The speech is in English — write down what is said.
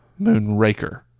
Moonraker